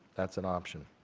that's an option.